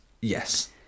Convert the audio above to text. Yes